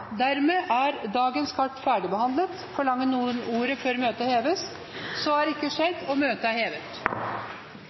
Dermed er dagens kart ferdigbehandlet. Forlanger noen ordet før møtet heves? – Møtet er hevet.